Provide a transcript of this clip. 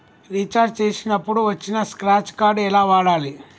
Recharge చేసినప్పుడు వచ్చిన scratch card ఎలా వాడాలి?